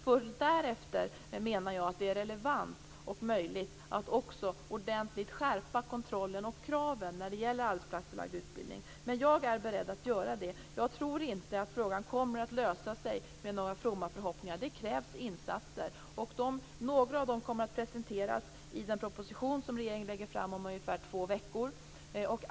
Först därefter menar jag att det är relevant och möjligt att också ordentligt skärpa kontrollen och kraven när det gäller den arbetsplatsförlagda utbildningen. Men jag är beredd att göra det. Jag tror inte att frågan kommer att lösa sig med några fromma förhoppningar. Det krävs insatser, och några av dem kommer att presenteras i den proposition som regeringen lägger fram om ungefär två veckor.